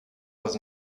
was